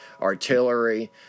artillery